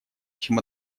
чем